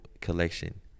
collection